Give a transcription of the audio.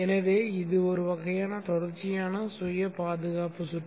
எனவே இது ஒரு வகையான தொடர்ச்சியான சுய பாதுகாப்பு சுற்று